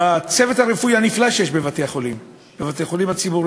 בצוות הרפואי הנפלא שיש בבתי-החולים הציבוריים,